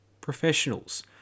professionals